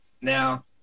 Now